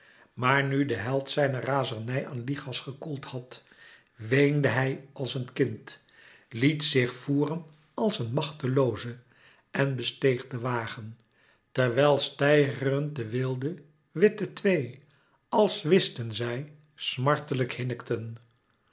maar nu de held zijne razernij aan lichas gekoeld had weende hij als een kind liet zich voeren als een machtelooze en besteeg den wagen terwijl steigerend de wilde witte twee als wisten zij smartelijk hinnikten